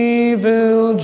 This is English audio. evil